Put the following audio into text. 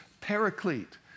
paraclete